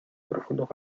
profundos